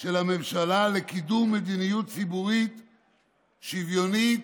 של הממשלה לקידום מדיניות ציבורית שוויונית,